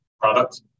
product